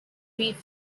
grieve